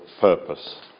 purpose